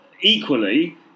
equally